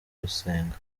turasenga